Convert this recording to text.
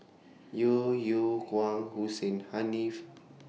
Yeo Yeow Kwang Hussein Haniff